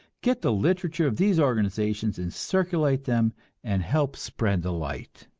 get the literature of these organizations and circulate them and help spread the light!